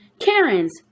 karen's